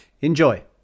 enjoy